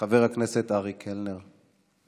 חבר הכנסת אריק קלנר.